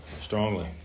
strongly